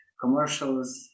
commercials